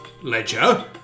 Ledger